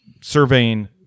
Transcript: surveying